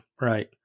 right